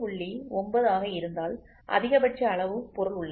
9 ஆக இருந்தால் அதிகபட்ச அளவு பொருள் உள்ளது